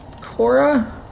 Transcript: Cora